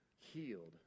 Healed